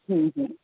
ହୁଁ ହୁଁ